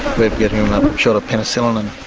we have given him a shot of penicillin